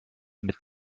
mit